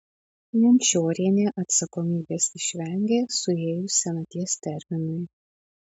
jančiorienė atsakomybės išvengė suėjus senaties terminui